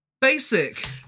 Basic